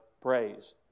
praise